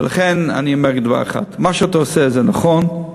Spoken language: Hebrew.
ולכן אני אומר דבר אחד: מה שאתה עושה זה נכון,